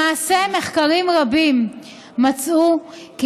למעשה, מחקרים רבים מצאו כי